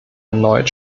erneut